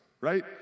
right